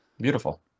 Beautiful